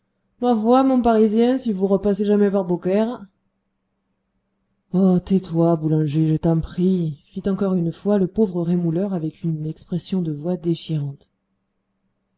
ma foi mon parisien si vous repassez jamais par beaucaire oh tais-toi boulanger je t'en prie fit encore une fois le pauvre rémouleur avec une expression de voix déchirante